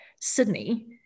Sydney